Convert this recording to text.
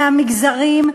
מהמגזרים,